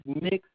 mix